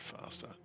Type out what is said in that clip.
faster